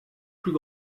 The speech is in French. plus